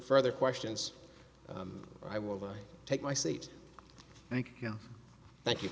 further questions i will take my seat thank you thank you